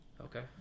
Okay